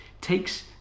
takes